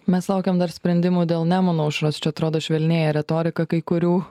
mes laukiam dar sprendimo dėl nemuno aušros čia atrodo švelnėja retorika kai kurių